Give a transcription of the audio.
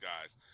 guys